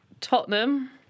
Tottenham